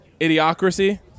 Idiocracy